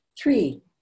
Three